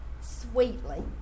sweetly